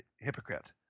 hypocrite